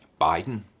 Biden